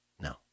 No